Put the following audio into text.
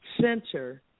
Center